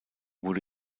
wurde